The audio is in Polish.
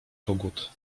kogut